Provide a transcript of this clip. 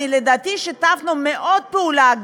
לדעתי מאוד שיתפנו פעולה,